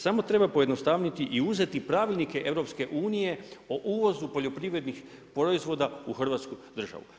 Samo treba pojednostaviti i uzeti pravilnik EU-a o uvozu poljoprivrednih proizvoda u hrvatsku državu.